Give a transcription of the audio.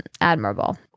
admirable